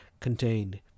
contained